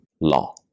law